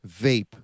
vape